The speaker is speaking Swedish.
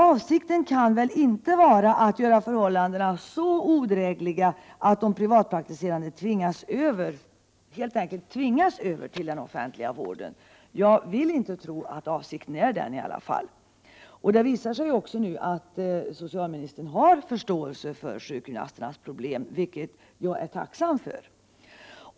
Avsikten kan väl inte vara att göra förhållandena så odrägliga att de privatpraktiserande helt enkelt tvingas över till den offentliga vården? Jag vill i varje fall inte tro att detta är avsikten. Det visar sig nu också att socialministern har förståelse för de privatpraktiserande sjukgymnasternas problem, vilket jag är tacksam för.